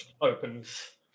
Opens